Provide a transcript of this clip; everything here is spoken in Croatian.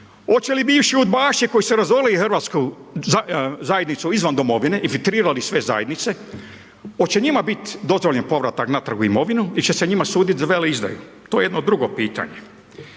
Hoće li bivši udbaši koji su razorili RH, zajednicu izvan domovine i filtrirali sve zajednice, hoće njima biti dozvoljen povratak natrag u domovinu il će se njima suditi za veleizdaju, to je jedno drugo pitanje.